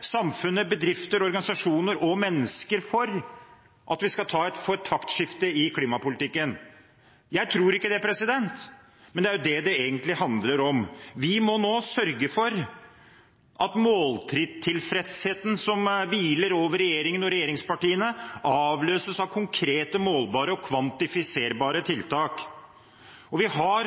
samfunnet – bedrifter, organisasjoner og mennesker – for et taktskifte i klimapolitikken? Jeg tror ikke det, men det er dette det egentlig handler om. Nå må vi sørge for at måltilfredsheten som hviler over regjeringen og regjeringspartiene, avløses av konkrete, målbare og kvantifiserbare tiltak. Vi har